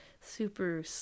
super